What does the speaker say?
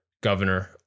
Governor